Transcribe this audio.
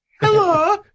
Hello